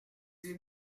dix